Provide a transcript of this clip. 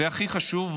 והכי חשוב,